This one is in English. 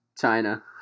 China